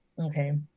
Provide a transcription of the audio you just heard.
Okay